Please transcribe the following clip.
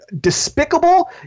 despicable